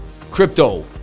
Crypto